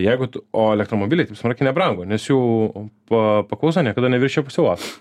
jeigu tu o elektromobiliai taip smarkiai nebrango nes jų pa paklausa niekada neviršijo pasiūlos